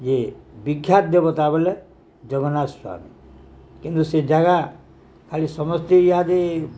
ଯେ ବିଖ୍ୟାତ ଦେବତା ବଲେ ଜଗନ୍ନାଥ ସ୍ୱାମୀ କିନ୍ତୁ ସେ ଜାଗା ଖାଲି ସମସ୍ତେ ଇହାଦେ